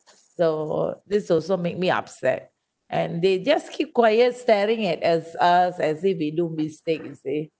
so this also make me upset and they just keep quiet starting at as us as if we do mistake you see